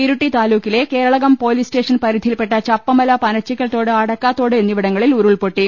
ഇരിട്ടി താലൂക്കിലെ Kelakam police station പരിധിയിൽപ്പെട്ട ചപ്പമല പനച്ചിക്കൽതോട് അടക്കാത്തോട് എന്നിവിടങ്ങളിൽ ഉരുൾപൊട്ടി